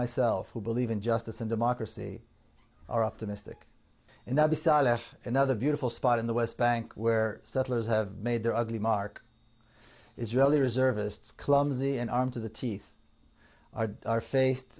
myself who believe in justice and democracy are optimistic enough another beautiful spot in the west bank where settlers have made their ugly mark israeli reservists clumsy and armed to the teeth are faced